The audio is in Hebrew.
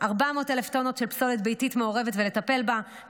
400,000 טונות של פסולת ביתית מעורבת ולטפל בה,